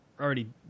already